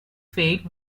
faith